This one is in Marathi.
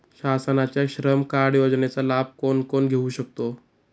शासनाच्या श्रम कार्ड योजनेचा लाभ कोण कोण घेऊ शकतो?